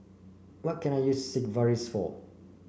what can I use Sigvaris for